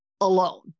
alone